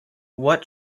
what